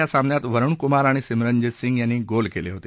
या सामन्यात वरुण कुमार आणि सिमरनजीत सिंग यांनी गोल केले होते